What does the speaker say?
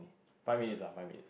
five minutes ah five minutes